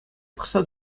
пӑхса